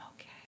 okay